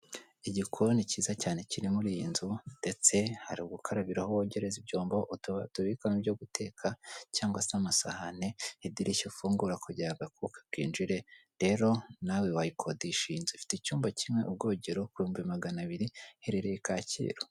Igikoni cyiza cyane kiri muri iyi nzu ndetse hari ubukarabiro aho bogereza ibyombo, utubati tubikwamo ibyo guteka cyangwa se amasahane, idirishya ufungura kugira ngo akuka kinjire, rero nawe wakodeshe inzu ufite icyumba kimwe ubwogero ibihumbi magana abiri iherereye Kacyiru.